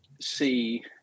see